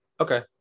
okay